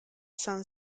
san